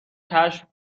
کشف